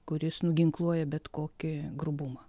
kuris nuginkluoja bet kokį grubumą